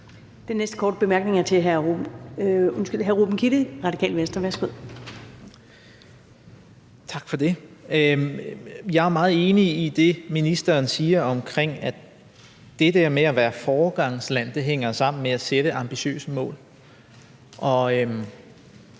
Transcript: Jeg er jo meget enig i det, som ministeren siger om, at det der med at være et foregangsland hænger sammen med at sætte et ambitiøst mål,